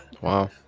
wow